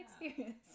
experience